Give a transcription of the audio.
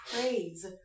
praise